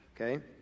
Okay